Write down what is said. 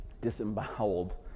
disemboweled